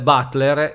Butler